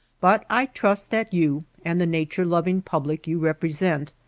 but i trust that you, and the nature-loving public you represent,